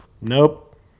Nope